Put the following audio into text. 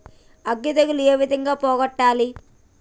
అగ్గి తెగులు ఏ విధంగా పోగొట్టాలి?